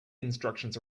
instructions